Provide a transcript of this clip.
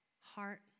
heart